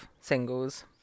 singles